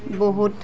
বহুত